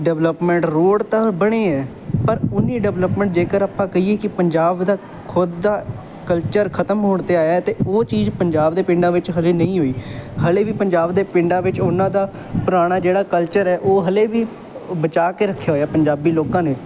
development road ਤਾਂ ਬਣੇ ਹੈ ਪਰ ਉਨੀ ਡਿਵਲਪਮੈਂਟ ਜੇਕਰ ਆਪਾਂ ਕਹੀਏ ਕਿ ਪੰਜਾਬ ਦਾ ਖੁਦ ਦਾ ਕਲਚਰ ਖ਼ਤਮ ਹੋਣ 'ਤੇ ਆਇਆ ਅਤੇ ਉਹ ਚੀਜ਼ ਪੰਜਾਬ ਦੇ ਪਿੰਡਾਂ ਵਿੱਚ ਹਲੇ ਨਹੀਂ ਹੋਈ ਹਜੇ ਵੀ ਪੰਜਾਬ ਦੇ ਪਿੰਡਾਂ ਵਿੱਚ ਉਹਨਾਂ ਦਾ ਪੁਰਾਣਾ ਜਿਹੜਾ ਕਲਚਰ ਹੈ ਉਹ ਹਜੇ ਵੀ ਉਹ ਬਚਾ ਕੇ ਰੱਖਿਆ ਹੋਇਆ ਪੰਜਾਬੀ ਲੋਕਾਂ ਨੇ